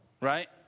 right